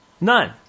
None